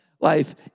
Life